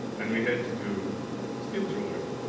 and we had to do steel jewelry